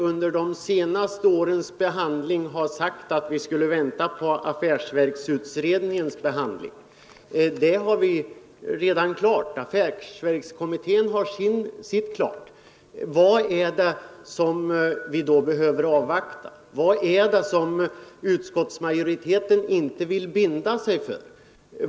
Under de senaste årens behandling har man sagt att vi skulle vänta på affärsverksutredningen. Den är redan klar; affärsverkskommittén har avgivit sitt betänkande. Vad är det då som vi behöver avvakta? Vad är det som utskottsmajoriteten inte vill binda sig för?